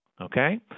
okay